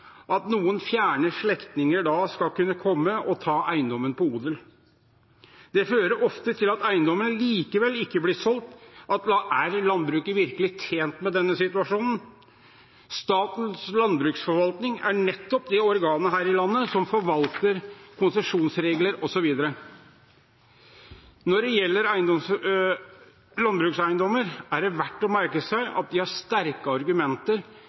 at noen fjerne slektninger da skal kunne komme og ta eiendommen på odel. Det fører ofte til at eiendommen likevel ikke blir solgt. Er landbruket virkelig tjent med denne situasjonen? Statens landbruksforvaltning er nettopp det organet her i landet som forvalter konsesjonsregler osv. Når det gjelder landbrukseiendommer, er det verdt å merke seg at de har sterke argumenter